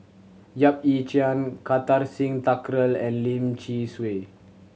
Yap Ee Chian Kartar Singh Thakral and Lim Swee Say